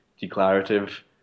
declarative